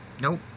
nope